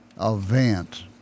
event